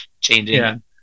changing